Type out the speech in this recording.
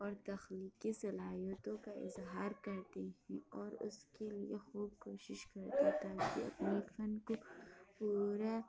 اور تخلیقی صلاحیتوں کا اظہار کرتے ہیں اور اس کے لیے خوب کوشش کرتے ہیں کہ ان فن کو پورا